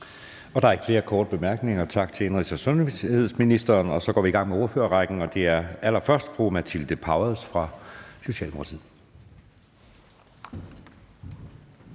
Der er ikke flere korte bemærkninger. Tak til indenrigs- og sundhedsministeren. Så går vi i gang med ordførerrækken, og det er allerførst fru Matilde Powers fra Socialdemokratiet.